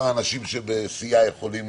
האנשים בסיעה שיכולים